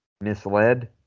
misled